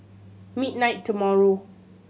midnight tomorrow